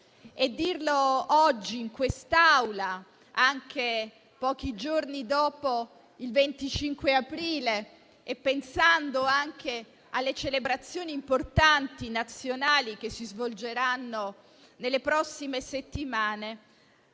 E dirlo oggi in quest'Aula, pochi giorni dopo il 25 aprile, pensando anche alle importanti celebrazioni nazionali che si svolgeranno nelle prossime settimane,